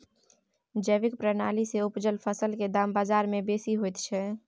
जैविक प्रणाली से उपजल फसल के दाम बाजार में बेसी होयत छै?